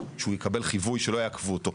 שהוא יקבל חיווי, שלא יעכבו אותו.